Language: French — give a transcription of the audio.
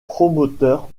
promoteur